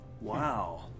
Wow